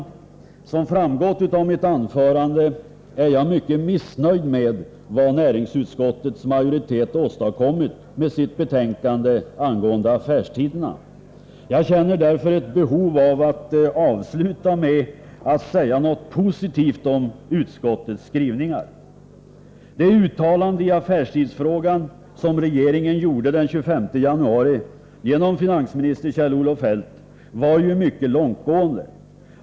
Såsom framgått av mitt anförande är jag mycket missnöjd med vad näringsutskottets majoritet har åstadkommit med sitt betänkande angående affärstiderna. Jag känner därför ett behov av att avsluta med att säga något positivt om utskottets skrivningar. Det uttalande i affärstidsfrågan som regeringen gjorde den 25 januari, genom finansminister Kjell-Olof Feldt, var mycket långtgående.